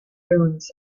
ruins